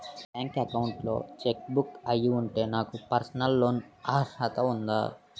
నా bank account లో check bounce అయ్యి ఉంటే నాకు పర్సనల్ లోన్ కీ అర్హత ఉందా?